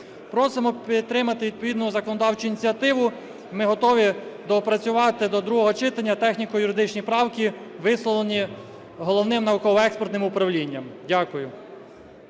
Просимо підтримати відповідну законодавчу ініціативу, і ми готові доопрацювати до другого читання техніко-юридичні правки, висловлені Головним науково-експертним управлінням. Дякую.